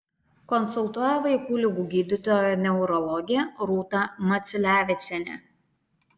konsultuoja vaikų ligų gydytoja neurologė rūta maciulevičienė